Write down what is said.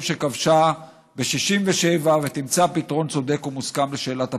שכבשה ב-67' ותמצא פתרון צודק ומוסכם לשאלת הפליטים.